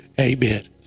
amen